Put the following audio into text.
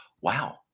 Wow